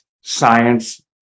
science